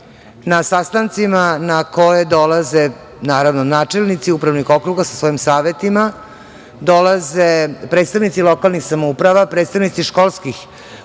Na sastanke dolaze načelnici upravnih okruga sa svojim savetima, dolaze predstavnici lokalnih samouprava, predstavnici školskih